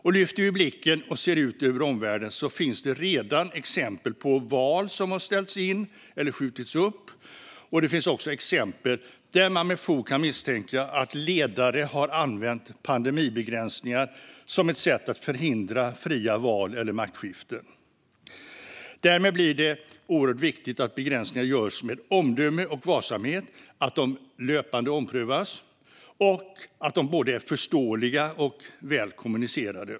Och lyfter vi blicken och ser ut över omvärlden finns det redan exempel på val som har ställts in eller skjutits upp, och det finns också exempel där man med fog kan misstänka att ledare har använt pandemibegränsningar som ett sätt att förhindra fria val eller maktskiften. Därmed blir det oerhört viktigt att begränsningar görs med omdöme och varsamhet, att de löpande omprövas och att de är både förståeliga och väl kommunicerade.